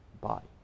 body